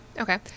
Okay